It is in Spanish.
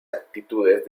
actitudes